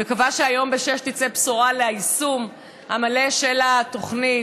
אני מקווה שהיום ב-18:00 תצא בשורה על היישום המלא של התוכנית.